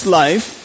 life